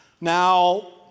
Now